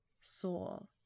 soul